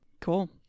Cool